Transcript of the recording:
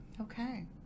Okay